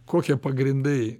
kokie pagrindai